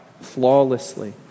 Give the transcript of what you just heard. flawlessly